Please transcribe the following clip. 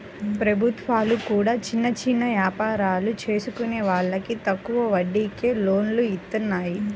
ప్రభుత్వాలు కూడా చిన్న చిన్న యాపారాలు చేసుకునే వాళ్లకి తక్కువ వడ్డీకే లోన్లను ఇత్తన్నాయి